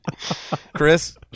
Chris